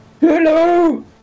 Hello